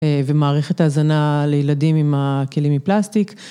ומערכת ההזנה לילדים עם הכלים מפלסטיק.